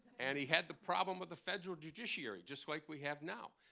and he had the problem with the federal judiciary, just like we have now,